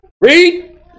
Read